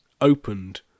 opened